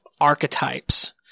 archetypes